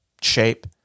shape